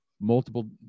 multiple